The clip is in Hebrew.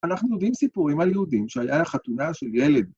אנחנו יודעים סיפורים על יהודים שהיה חתונה של ילד.